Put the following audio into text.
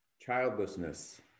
Childlessness